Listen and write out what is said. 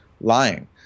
lying